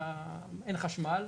אין חשמל.